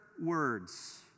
words